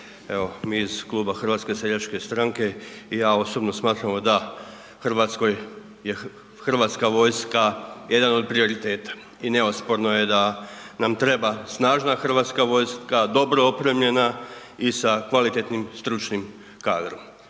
mi iz Kluba HSS-a i ja osobno smatramo da Hrvatskoj je Hrvatska vojska jedan od prioriteta i neosporno je da nam treba snažna Hrvatska vojska, dobro opremljena i sa kvalitetnim stručnim kadrom.